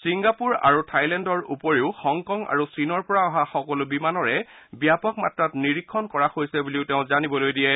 Singapore আৰু থাইলেণ্ডৰ উপৰিও হংকক আৰু চীনৰ পৰা অহা সকলো বিমানৰে ব্যপক মাত্ৰাত নিৰীক্ষণ কৰা হৈছে বুলিও তেওঁ জানিবলৈ দিয়ে